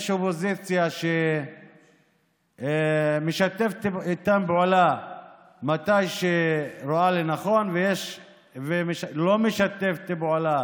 יש אופוזיציה שמשתפת איתם פעולה מתי שהיא רואה לנכון ולא משתפת פעולה